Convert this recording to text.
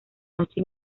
noche